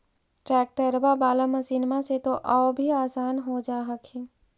ट्रैक्टरबा बाला मसिन्मा से तो औ भी आसन हो जा हखिन?